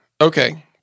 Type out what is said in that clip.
okay